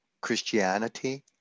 Christianity